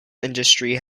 industry